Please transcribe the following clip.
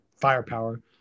firepower